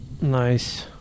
Nice